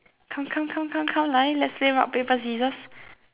come come come come come 来 let's play rock paper scissors